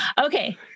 Okay